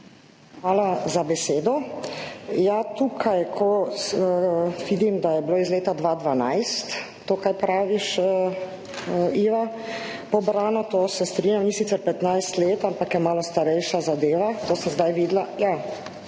Hvala za besedo. Tukaj, ko vidim, da je bilo iz leta 2012 to, kar praviš, Iva, pobrano, se strinjam, ni sicer 15 let, ampak je malo starejša zadeva, to sem zdaj videla. Saj pravim,